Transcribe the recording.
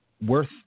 worth